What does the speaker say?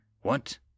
What